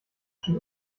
schon